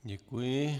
Děkuji.